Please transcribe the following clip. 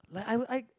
like I would I